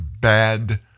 bad